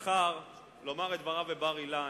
בחר לומר את דבריו בבר-אילן.